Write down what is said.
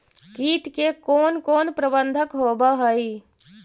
किट के कोन कोन प्रबंधक होब हइ?